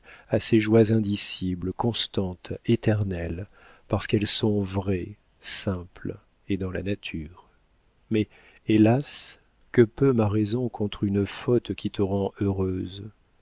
à ces joies indicibles constantes éternelles parce qu'elles sont vraies simples et dans la nature mais hélas que peut ma raison contre une faute qui te rend heureuse